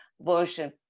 version